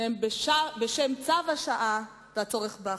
בשם צו השעה והצורך באחדות.